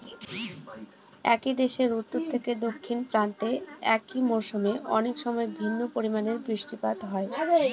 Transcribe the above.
একই দেশের উত্তর থেকে দক্ষিণ প্রান্তে একই মরশুমে অনেকসময় ভিন্ন পরিমানের বৃষ্টিপাত হয়